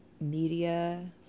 media